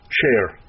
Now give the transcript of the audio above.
share